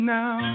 now